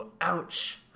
Ouch